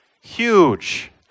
huge